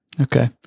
Okay